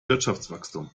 wirtschaftswachstum